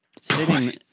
sitting